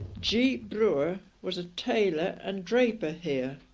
g brewer was a tailor and draper here.